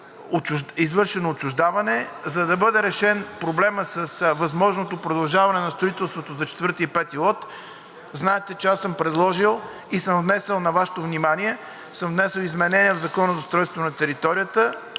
извършено отчуждаване. За да бъде решен проблемът с възможното продължаване на строителството за лот 4 и лот 5, знаете, че съм предложил и съм внесъл на Вашето внимание изменение в Закона за устройството на територията.